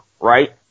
right